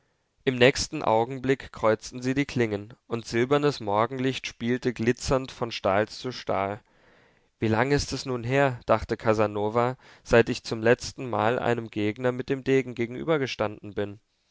im nächsten augenblick kreuzten sie die klingen und silbernes morgenlicht spielte glitzernd von stahl zu stahl wie lang ist es nun her dachte casanova seit ich zum letztenmal einem gegner mit dem degen gegenübergestanden bin